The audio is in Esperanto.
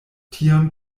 tion